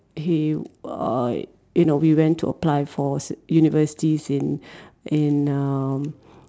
he uh you know we went to apply for universities in in um